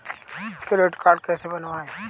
Credit card कैसे बनवाएँ?